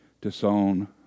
disown